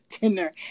dinner